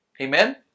amen